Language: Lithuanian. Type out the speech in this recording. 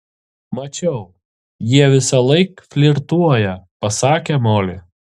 mačiau jie visąlaik flirtuoja pasakė moli